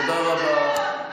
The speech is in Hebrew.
תודה רבה.